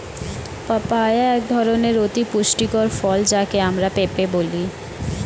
papaya এক ধরনের অতি পুষ্টিকর ফল যাকে আমরা পেঁপে বলি